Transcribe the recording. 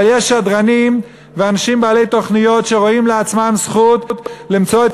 אבל יש שדרנים ואנשים בעלי תוכניות שרואים לעצמם זכות למצוא את